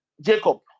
jacob